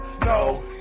no